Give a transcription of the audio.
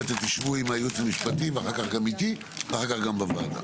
אתם תשבו עם הייעוץ המשפטי ואחר כך איתי ואחר כך גם בוועדה.